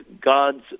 God's